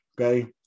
Okay